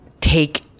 take